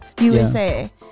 USA